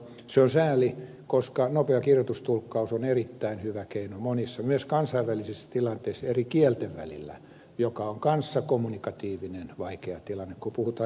se on sääli koska nopea kirjoitustulkkaus on erittäin hyvä keino monissa myös kansainvälisissä tilanteissa eri kielten välillä joka on kanssa vaikea kommunikatiivinen vaikea tilanne kun puhutaan erilaista kieltä